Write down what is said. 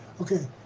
Okay